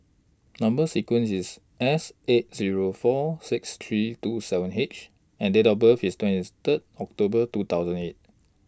Number sequence IS S eight Zero four six three two seven H and Date of birth IS twenties Third October two thousand eight